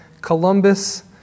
Columbus